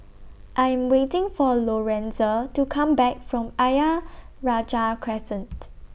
I Am waiting For Lorenza to Come Back from Ayer Rajah Crescent